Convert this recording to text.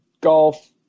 golf